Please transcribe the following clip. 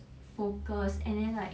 focus and then like